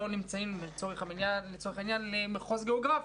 שייכים לצורך העניין למחוז גיאוגרפי.